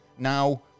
now